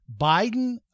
Biden